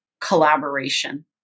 collaboration